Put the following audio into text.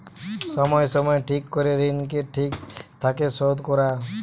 সময় সময় ঠিক করে ঋণকে ঠিক থাকে শোধ করা